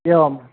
एवम्